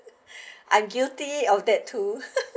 I'm guilty of that too